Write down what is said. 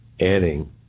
adding